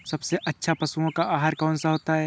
सबसे अच्छा पशुओं का आहार कौन सा होता है?